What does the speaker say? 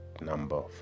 number